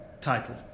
title